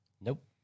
Nope